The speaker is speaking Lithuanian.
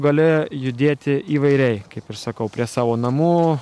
gali judėti įvairiai kaip ir sakau prie savo namų